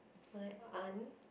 my aunt